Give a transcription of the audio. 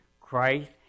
Christ